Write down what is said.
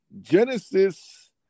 Genesis